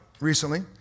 recently